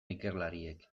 ikerlariek